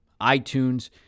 iTunes